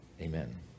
Amen